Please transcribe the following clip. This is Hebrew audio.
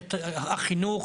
המערכת החינוך,